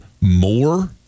more